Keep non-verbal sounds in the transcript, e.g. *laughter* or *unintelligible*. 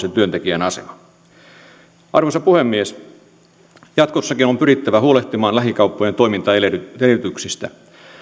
*unintelligible* ja työntekijän asema arvoisa puhemies jatkossakin on pyrittävä huolehtimaan lähikauppojen toimintaedellytyksistä